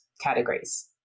categories